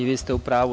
I, vi ste u pravu.